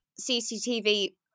CCTV